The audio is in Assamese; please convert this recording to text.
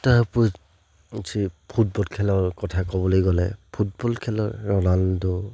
তাৰ উপৰি যি ফুটবল খেলৰ কথা ক'বলৈ গ'লে ফুটবল খেলৰ ৰণাল্ডো